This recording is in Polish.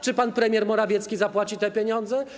Czy pan premier Morawiecki zapłaci te pieniądze?